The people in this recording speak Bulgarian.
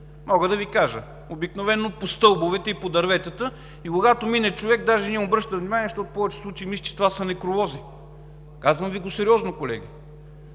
Мога да Ви кажа – обикновено по стълбовете и по дърветата. Когато мине човек покрай тях, обикновено не им обръща внимание, защото в повечето случаи мисли, че това са некролози. Казвам Ви го сериозно, колеги!